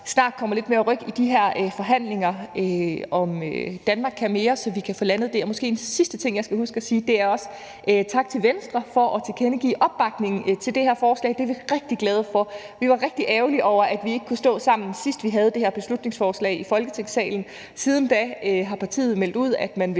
snart kommer lidt mere ryk i de her forhandlinger i forbindelse med »Danmark kan mere I«, så vi kan få landet det. En sidste ting, jeg skal huske at sige, er at sige en tak til Venstre for at tilkendegive opbakning til det her forslag, det er vi rigtig glade for. Vi var rigtig ærgerlige over, at vi ikke kunne stå sammen, sidst vi havde det her beslutningsforslag i Folketingssalen, men siden da har partiet meldt ud, at man vil